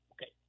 Okay